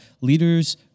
leaders